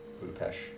Budapest